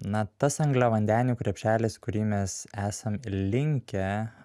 na tas angliavandenių krepšelis kurį mes esam linkę